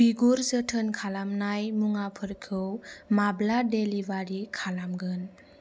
बिगुर जोथोन खालामनाय मुवाफोरखौ माब्ला डेलिबारि खालामगोन